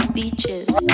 Beaches